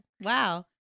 wow